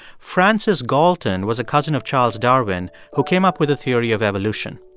francis galton was a cousin of charles darwin, who came up with the theory of evolution.